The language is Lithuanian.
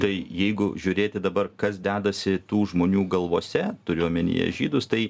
tai jeigu žiūrėti dabar kas dedasi tų žmonių galvose turiu omenyje žydus tai